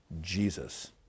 Jesus